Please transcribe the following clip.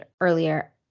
earlier